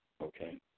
Okay